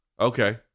Okay